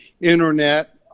Internet